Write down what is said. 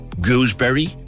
Gooseberry